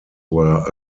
were